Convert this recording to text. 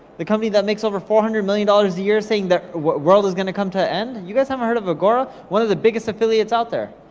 the company that makes over four hundred million dollars a year saying that world is gonna come to an end? you guys haven't heard of agora? one of the biggest affiliates out there.